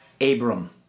Abram